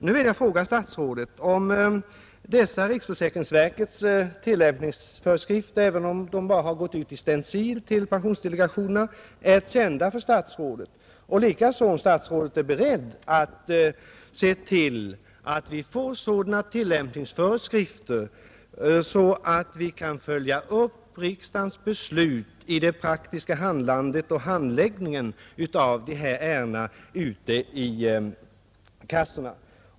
Nu vill jag fråga statsrådet huruvida dessa riksförsäkringsverkets tillämpningsföreskrifter, även om de bara har gått ut i stencil till pensionsdelegationerna, är kända för statsrådet och likaså om statsrådet är beredd att se till att vi får sådana tillämpningsföreskrifter att vi kan följa upp riksdagens beslut i den praktiska handläggningen av dessa ärenden ute i kassorna.